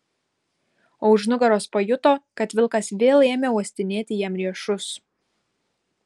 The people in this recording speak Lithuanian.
o už nugaros pajuto kad vilkas vėl ėmė uostinėti jam riešus